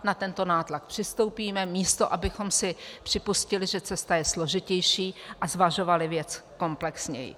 Na tento nátlak přistoupíme, místo abychom si připustili, že cesta je složitější, a zvažovali věc komplexněji.